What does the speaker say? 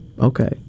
Okay